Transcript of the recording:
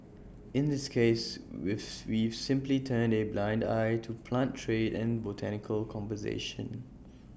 in this case we've simply turned A blind eye to plant trade and botanical conservation